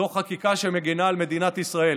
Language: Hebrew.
זו חקיקה שמגינה על מדינת ישראל.